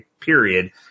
period